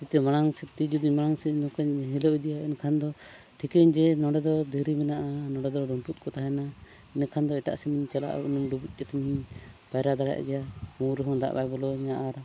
ᱛᱤᱛᱮ ᱢᱟᱲᱟᱝ ᱥᱮᱫ ᱛᱤ ᱡᱩᱫᱤ ᱢᱟᱲᱟᱝ ᱥᱮᱫ ᱱᱚᱝᱠᱟᱧ ᱦᱤᱞᱟᱹᱣ ᱤᱫᱤᱭᱟ ᱮᱱᱠᱷᱱᱟᱫᱚ ᱴᱷᱤᱠᱟᱹᱭᱟᱹᱧ ᱡᱮ ᱱᱚᱰᱮ ᱫᱚ ᱫᱷᱤᱨᱤ ᱢᱮᱱᱟᱜᱼᱟ ᱱᱚᱰᱮ ᱫᱚ ᱰᱷᱩᱱᱴᱩᱰ ᱠᱚ ᱛᱟᱦᱮᱱᱟ ᱤᱱᱟᱹᱠᱷᱟᱱ ᱫᱚ ᱮᱴᱟᱜ ᱥᱮᱱᱤᱧ ᱪᱟᱞᱟᱜᱼᱟ ᱩᱱ ᱤᱧ ᱰᱩᱵᱩᱡ ᱠᱟᱛᱮᱧ ᱯᱟᱭᱨᱟ ᱫᱟᱲᱮᱭᱟᱜ ᱜᱮᱭᱟ ᱢᱩ ᱨᱮᱦᱚᱸ ᱫᱟᱜ ᱵᱚᱞᱚᱣᱧᱟ ᱟᱨ